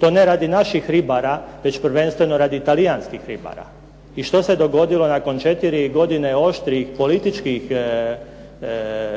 To ne radi naših ribara već prvenstveno radi talijanskih ribara. I što se dogodilo nakon 4 godine oštrih političkih